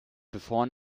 before